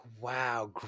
wow